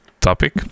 topic